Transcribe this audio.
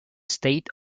state